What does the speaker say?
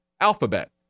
Alphabet